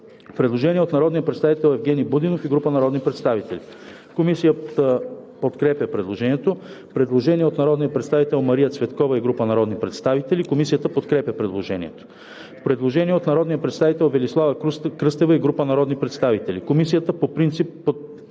предложение от народния представител Евгени Будинов и група народни представители. Комисията подкрепя предложението. Предложение от народния представител Мария Цветкова и група народни представители. Комисията подкрепя предложението. Предложение от народния представител Велислава Кръстева и група народни представители. Комисията подкрепя